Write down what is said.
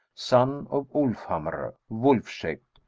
son of ulfhamr, wolf-shaped,